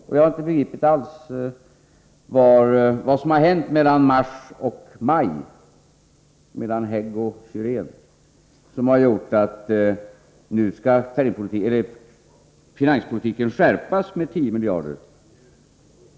Jag har inte alls begripit vad som har hänt mellan mars och maj — mellan hägg och syren — som har gjort att centerns finanspolitik under denna period har skärpts med 10 miljarder.